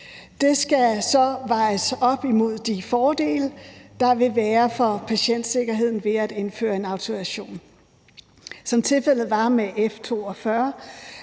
Det skal så vejes op imod de fordele, der vil være for patientsikkerheden ved at indføre en autorisation. Som tilfældet var med F 42,